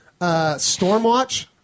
Stormwatch